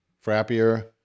Frappier